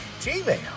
Gmail